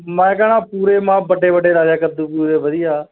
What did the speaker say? ਮੈਂ ਕਹਿੰਦਾ ਪੂਰੇ ਮੈਂ ਵੱਡੇ ਵੱਡੇ ਲਾਏ ਆ ਕੱਦੂ ਪੂਰੇ ਵਧੀਆ